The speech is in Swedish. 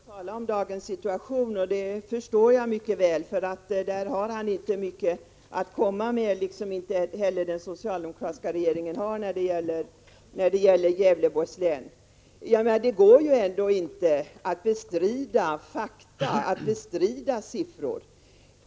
Herr talman! Olle Östrand vill inte gärna tala om dagens situation, och det förstår jag mycket väl. Han har inte mycket att komma med, och det har inte den socialdemokratiska regeringen heller när det gäller Gävleborgs län. Det går ändå inte att bestrida fakta, att bestrida siffror.